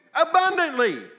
abundantly